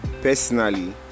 Personally